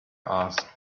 asked